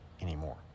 anymore